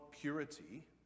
purity